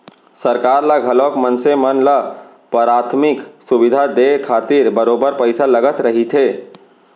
सरकार ल घलोक मनसे मन ल पराथमिक सुबिधा देय खातिर बरोबर पइसा लगत रहिथे